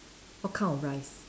what kind of rice